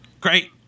Great